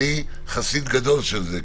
אני חסיד גדול של זה,